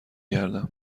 گردم